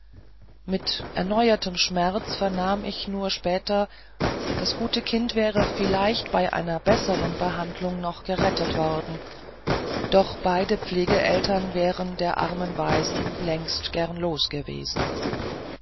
mit erneuertem schmerz vernahm ich nur später das gute kind wäre vielleicht bei einer besseren behandlung noch gerettet worden doch beide pflegeeltern wären der armen waise längst gern los gewesen